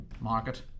market